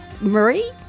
Marie